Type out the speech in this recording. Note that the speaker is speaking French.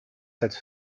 cette